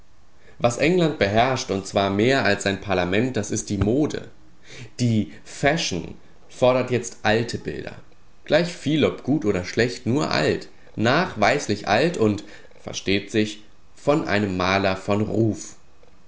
was england beherrscht und zwar mehr als sein parlament das ist die mode die fashion fordert jetzt alte bilder gleichviel ob gut oder schlecht nur alt nachweislich alt und versteht sich von einem maler von ruf